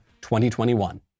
2021